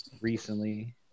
recently